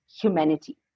humanity